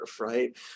right